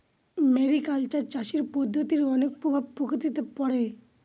mariculture চাষের পদ্ধতির অনেক প্রভাব প্রকৃতিতে পড়ে